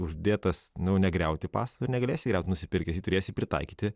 uždėtas nu negriauti pastato ir negalėsi griaut nusipirkęs jį turėsi pritaikyti